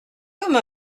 comme